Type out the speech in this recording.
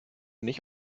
nicht